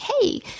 Hey